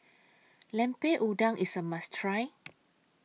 Lemper Udang IS A must Try